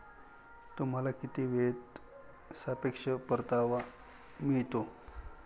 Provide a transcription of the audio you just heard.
तुम्हाला किती वेळेत सापेक्ष परतावा मिळतो?